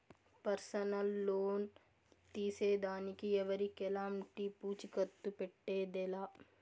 personal loan తీసేదానికి ఎవరికెలంటి పూచీకత్తు పెట్టేదె లా